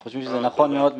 אנחנו חושבים שזה נכון מאוד,